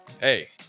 Hey